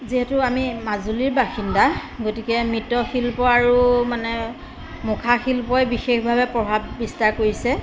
যিহেতু আমি মাজুলীৰ বাসিন্দা গতিকে মৃৎশিল্প আৰু মানে মুখা শিল্পই বিশেষভাৱে প্ৰভাৱ বিস্তাৰ কৰিছে